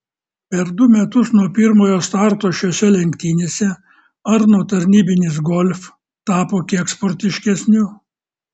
per du metus nuo pirmojo starto šiose lenktynėse arno tarnybinis golf tapo kiek sportiškesniu